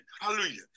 Hallelujah